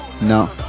no